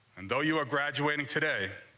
and though you are graduating today,